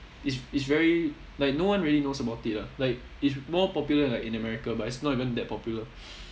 it's it's very like no one really knows about it ah like it's more popular like in america but it's not even that popular